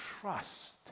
trust